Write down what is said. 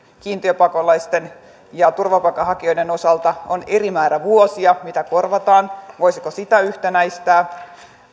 kiintiöpakolaisten ja turvapaikanhakijoiden osalta on eri määrä vuosia mitä korvataan niin sitä voisi yhtenäistää